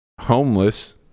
homeless